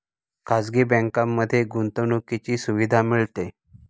खाजगी बँकांमध्ये गुंतवणुकीची सुविधा मिळते